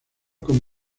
con